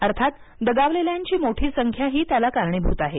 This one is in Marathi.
अर्थात दगावलेल्यांची मोठी संख्याही त्याला कारणीभूत आहे